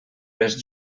les